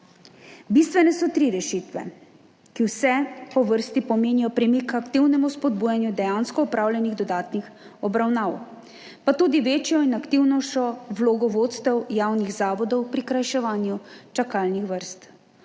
Bistvene so tri rešitve, ki vse po vrsti pomenijo premik k aktivnemu spodbujanju dejansko opravljenih dodatnih obravnav, pa tudi večjo in aktivnejšo vlogo vodstev javnih zavodov pri skrajševanju čakalnih vrst.